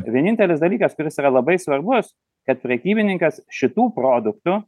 vienintelis dalykas kuris yra labai svarbus kad prekybininkas šitų produktų